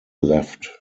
left